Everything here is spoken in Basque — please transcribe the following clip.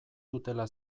dutela